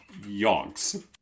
yonks